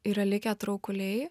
yra likę traukuliai